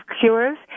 Cures